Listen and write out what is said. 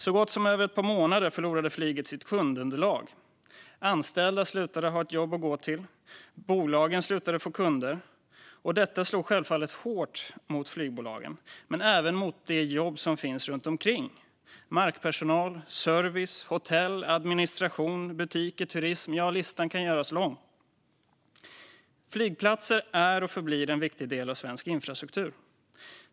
På i stort sett ett par månader förlorade flyget sitt kundunderlag. Anställda hade inte längre ett jobb att gå till, och bolagen slutade få kunder. Detta slog självfallet hårt mot flygbolagen men även mot de jobb som finns runt omkring. Det handlar om markpersonal, service, hotell, administration, butiker, turism - ja, listan kan göras lång. Flygplatser är och förblir en viktig del av svensk infrastruktur.